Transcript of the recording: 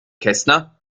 kästner